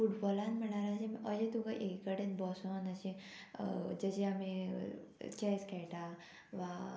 फुटबॉलान म्हणल्यार अशें अशें तुका एक कडेन बसोन अशें जशें आमी चॅस खेळटा वा